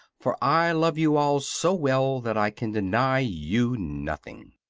for i love you all so well that i can deny you nothing.